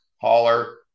holler